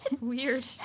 Weird